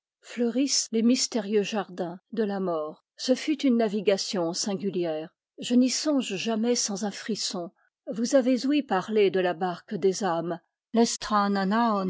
fleurissent les mystérieux jardins de la mort ce fut une navigation singulière je n'y songe jamais sans un frisson vous avez ouï parler de la barque des âmes